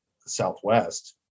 southwest